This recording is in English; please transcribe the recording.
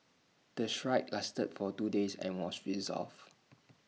the strike lasted for two days and was resolved